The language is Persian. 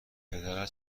پدرت